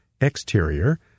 exterior